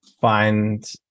find